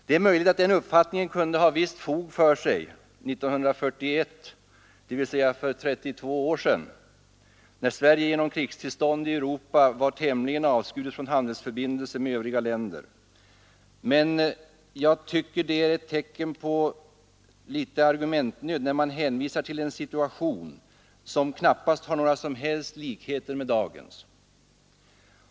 Det är möjligt att den uppfattningen kunde ha visst fog för sig år 1941, dvs. för 32 år sedan när Sverige genom krigstillstånd i Europa var tämligen avskuret från handelsförbindelser med övriga länder. Men nog är det väl ändå ett tecken på argumentsnöd när man hänvisar till en situation som knappast har några som helst likheter med dagens.